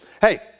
Hey